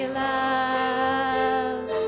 love